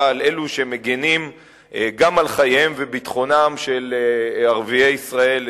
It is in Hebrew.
על אלו שמגינים גם על חייהם וביטחונם של ערביי ישראל,